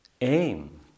aim